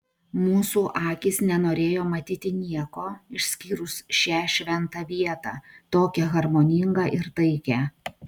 mūsų akys nenorėjo matyti nieko išskyrus šią šventą vietą tokią harmoningą ir taikią